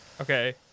Okay